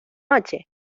noche